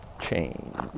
change